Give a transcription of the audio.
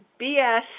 BS